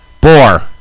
Boar